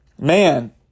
man